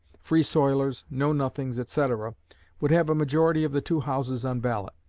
free-soilers, know-nothings, etc would have a majority of the two houses on ballot,